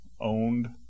Owned